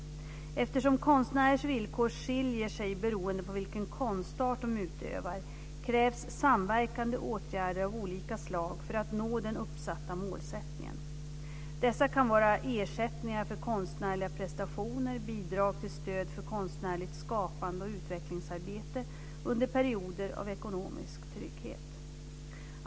Eftersom konstnärers villkor skiljer sig beroende på vilken konstart de utövar krävs samverkande åtgärder av olika slag för att nå den uppsatta målsättningen. Dessa kan vara ersättningar för konstnärliga prestationer, bidrag till stöd för konstnärligt skapande och utvecklingsarbete under perioder av ekonomisk trygghet.